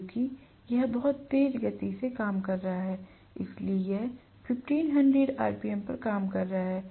क्योंकि यह बहुत तेज गति से काम कर रहा है इसलिए यह 1500 आरपीएम पर काम कर रहा है